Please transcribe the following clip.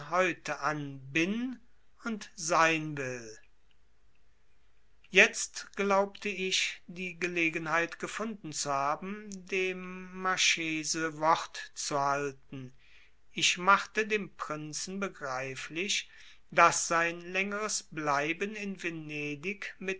heute an bin und sein will jetzt glaubte ich die gelegenheit gefunden zu haben dem marchese wort zu halten ich machte dem prinzen begreiflich daß sein längeres bleiben in venedig